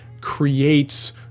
creates